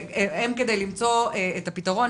כדי למצוא את הפתרון,